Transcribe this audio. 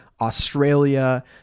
Australia